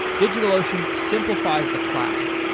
digitalocean simplifies the cloud.